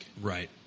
Right